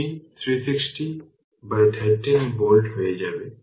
এটি 360 by 13 volt হয়ে যাবে